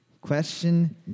Question